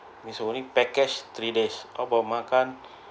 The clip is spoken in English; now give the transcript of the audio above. it's only package three days how about makan